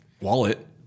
wallet